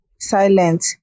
silent